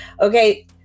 Okay